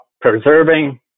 preserving